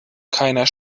keiner